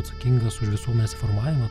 atsakingos už visuomenės formavimą